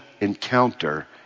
encounter